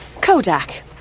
Kodak